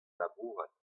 labourat